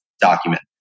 document